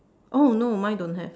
oh no mine don't have